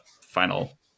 final